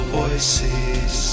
voices